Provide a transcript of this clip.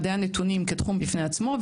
מדעי הנתונים כתחום בפני עצמו,